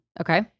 Okay